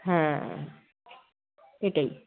হ্যাঁ এটাই